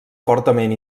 fortament